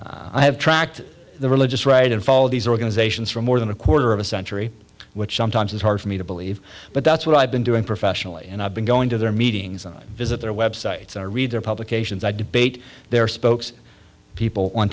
tracked the religious right and fall of these organizations for more than a quarter of a century which sometimes is hard for me to believe but that's what i've been doing professionally and i've been going to their meetings and visit their websites and read their publications i debate their spokes people on